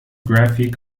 graphic